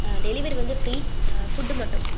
ஆ delivery வந்து free food மட்டும்